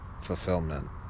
fulfillment